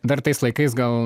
dar tais laikais gal